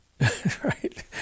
Right